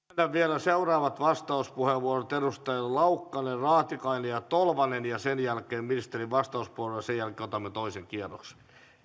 myönnän vielä vastauspuheenvuorot edustajille laukkanen raatikainen ja tolvanen sen jälkeen ministerin vastauspuheenvuoro ja sen jälkeen otamme toisen kierroksen